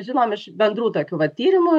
žinom iš bendrų tokių vat tyrimų